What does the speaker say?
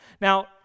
Now